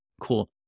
Cool